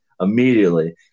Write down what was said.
immediately